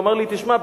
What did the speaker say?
הוא אמר לי: תשמע,